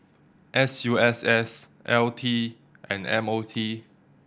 S U S S L T and M O T